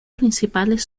principales